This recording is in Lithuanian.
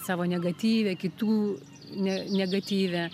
savo negatyve kitų ne negatyve